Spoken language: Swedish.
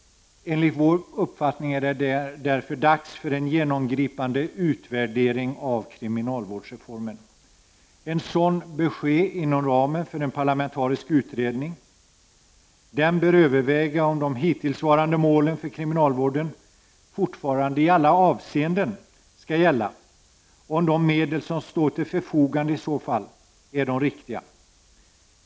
Enligt vår uppfattning är det därför dags för en genomgripande utvärdering av kriminalvårdsreformen. I en sådan, som bör ske inom ramen för en parlamentarisk utredning, bör övervägas om de hittillsvarande målen för kriminalvården fortfarande i alla avseenden skall gälla och om de medel som står till förfogande i så fall är de riktiga.